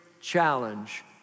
challenge